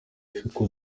isuku